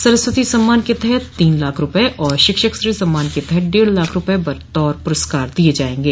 सरस्वती सम्मान के तहत तीन लाख रूपये और शिक्षक श्री सम्मान के तहत डेढ़ लाख रूपये बतौर पुरस्कार दिये जायेंगे